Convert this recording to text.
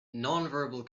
nonverbal